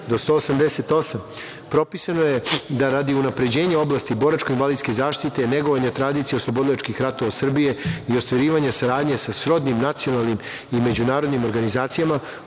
do 188. propisano je da radi unapređenja oblasti boračko-invalidske zaštite, negovanja tradicije oslobodilačkih ratova Srbije i ostvarivanja saradnje sa srodnim, nacionalnim i međunarodnim organizacijama,